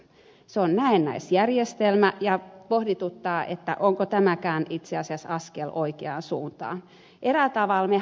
se on näennäisjärjestelmä ja pohdituttaa onko tämäkään itse asiassa askel oikeaan suuntaan